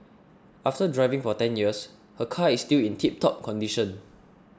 after driving for ten years her car is still in tiptop condition